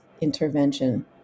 intervention